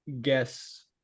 guess